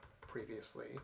previously